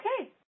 Okay